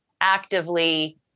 actively